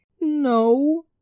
No